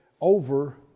over